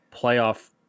playoff